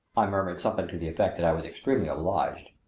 i murmured something to the effect that i was extremely obliged.